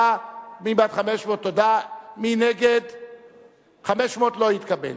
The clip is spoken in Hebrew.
סיעת האיחוד הלאומי לסעיף 1 לא נתקבלה.